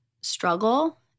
struggle